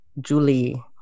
Julie